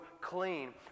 clean